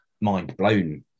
mind-blown